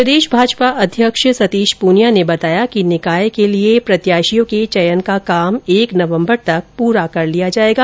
प्रदेश भाजपा अध्य्क्ष सतीश पूनिया ने बताया कि निकाय के लिए प्रत्याशियों के चयन का काम एक नवंबर तक पूरा कर लिया जाएगा